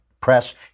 press